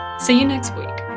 see you next week.